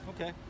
Okay